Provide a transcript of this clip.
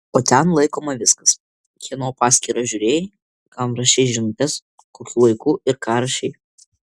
o ten laikoma viskas kieno paskyrą žiūrėjai kam rašei žinutes kokiu laiku ir ką rašei